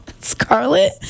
Scarlet